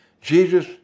Jesus